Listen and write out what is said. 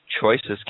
choices